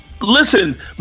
listen